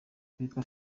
twitter